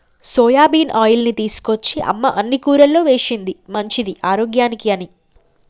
soybean ఆయిల్ని తీసుకొచ్చి అమ్మ అన్ని కూరల్లో వేశింది మంచిది ఆరోగ్యానికి అని